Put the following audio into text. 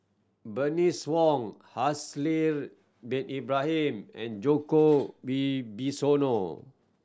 Bernice Wong Haslir Bin Ibrahim and Djoko Wibisono